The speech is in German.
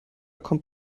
kommt